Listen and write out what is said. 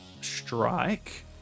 strike